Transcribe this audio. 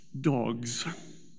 dogs